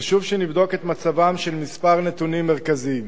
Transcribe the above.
חשוב שנבדוק את מצבם של כמה נתונים מרכזיים.